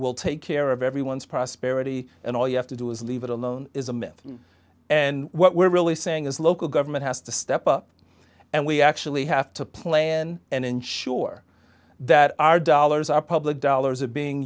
will take care of everyone's prosperity and all you have to do is leave it alone is a myth and what we're really saying is local government has to step up and we actually have to plan and ensure that our dollars our public dollars are being